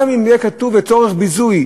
גם אם יהיה כתוב "לצורך ביזוי",